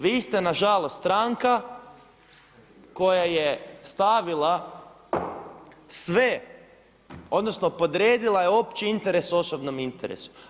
Vi ste na žalost stranka koja je stavila sve odnosno podredila je opći interes osobnom interesu.